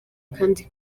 kandi